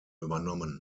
übernommen